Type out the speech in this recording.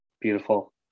Beautiful